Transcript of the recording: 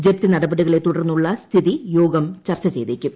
ജപ്തി നടപടികളെ തുടർന്നുള്ള സ്ഥിതി യോഗം ചർച്ച ചെയ്തേക്കും